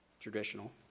traditional